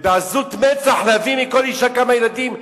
ובעזות מצח להביא מכל אשה כמה ילדים,